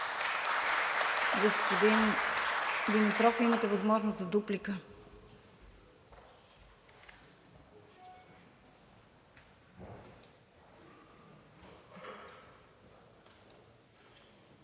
Господин Димитров, имате възможност за дуплика.